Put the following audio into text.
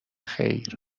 خیر